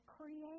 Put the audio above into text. create